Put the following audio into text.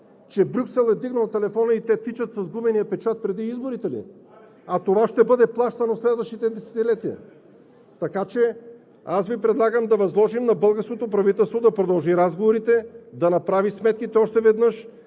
Че Брюксел е вдигнал телефона и те тичат с гумения печат преди изборите ли?! (Реплики от ГЕРБ.) А това ще бъде плащано следващите десетилетия. Аз Ви предлагам да възложим на българското правителство да продължи разговорите, да направи сметките още веднъж